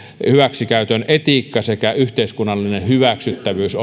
hyväksikäytön etiikka sekä yhteiskunnallinen hyväksyttävyys